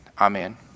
Amen